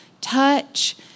touch